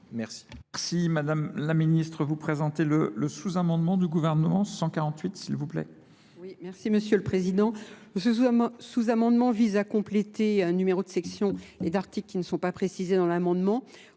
Merci madame la ministre vous présentez le sous amendement du gouvernement 148 s'il vous plaît Merci Monsieur le Président. Ce sous-amendement vise à compléter un numéro de section et d'articles qui ne sont pas précisés dans l'amendement,